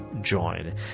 join